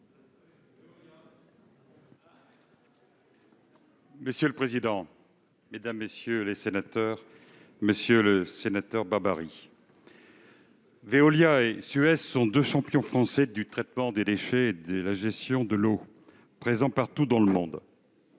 Monsieur le président, mesdames, messieurs les sénateurs, monsieur le sénateur Babary, Veolia et Suez sont deux champions français du traitement des déchets et de la gestion de l'eau, présents partout dans le monde.